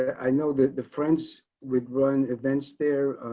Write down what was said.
i know that the friends with run events there.